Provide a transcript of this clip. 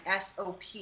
SOP